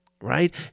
right